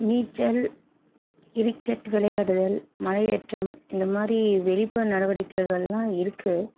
நீச்சல் கிரிக்கெட் விளையாடுதல் மலையேற்றம் இந்த மாதிரி வெளிப்புற நடவடிக்கைகளெலாம் இருக்குது